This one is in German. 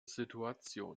situation